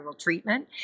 treatment